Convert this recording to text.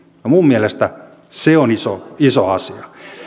minun mielestäni se on iso iso asia